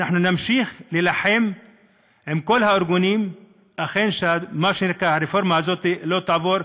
ואנחנו נמשיך להילחם עם כל הארגונים שהרפורמה הזאת לא תעבור,